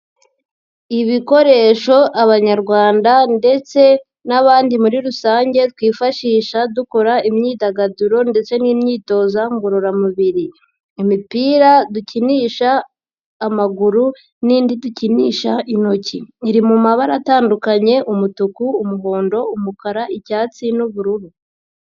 Ibikoresho Abanyarwanda ndetse n'abandi muri rusange twifashisha dukora imyidagaduro ndetse n'imyitozo ngororamubiri, imipira dukinisha amaguru n'indi dukinisha intoki, iri mu mabara atandukanye umutuku, umuhondo, umukara, icyatsi n'ubururu.